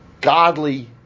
godly